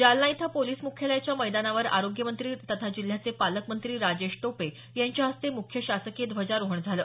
जालना इथं पोलीस मुख्यालयाच्या मैदानावर आरोग्यमंत्री तथा जिल्ह्याचे पालकमंत्री राजेश टोपे यांच्या हस्ते मुख्य शासकीय ध्वजारोहण झालं